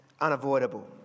unavoidable